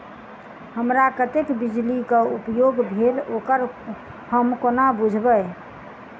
हमरा कत्तेक बिजली कऽ उपयोग भेल ओकर हम कोना बुझबै?